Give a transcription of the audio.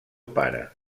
pare